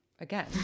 Again